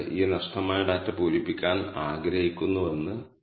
ഇതാണ് function summary